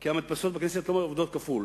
כי המדפסות בכנסת לא עובדות כפול,